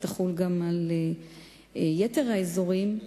ותחול גם על יתר האזורים,